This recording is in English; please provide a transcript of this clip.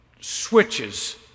switches